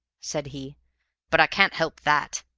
said he but i can't help that.